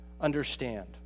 understand